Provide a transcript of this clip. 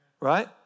Right